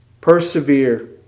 Persevere